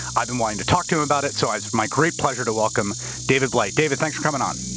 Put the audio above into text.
i've been wanting to talk to him about it. so it's my great pleasure to welcome david blight. david, thanks for coming on.